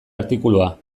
artikulua